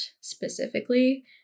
specifically